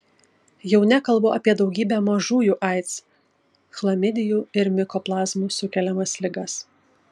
jau nekalbu apie daugybę mažųjų aids chlamidijų ir mikoplazmų sukeliamas ligas